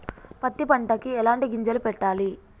పత్తి పంటకి ఎలాంటి గింజలు పెట్టాలి?